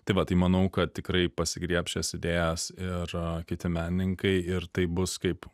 tai va tai manau kad tikrai pasigriebs šias idėjas ir kiti menininkai ir tai bus kaip